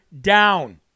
down